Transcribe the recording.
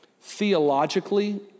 theologically